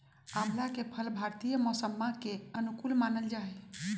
आंवला के फल भारतीय मौसम्मा के अनुकूल मानल जाहई